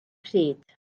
pryd